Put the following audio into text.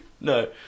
no